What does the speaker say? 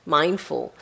mindful